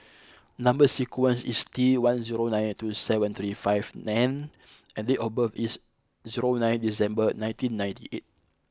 number sequence is T one zero nine two seven three five N and date of birth is zero nine December nineteen ninety eight